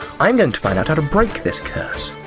i'm going to find out how to break this curse.